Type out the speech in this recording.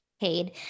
paid